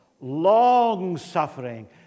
long-suffering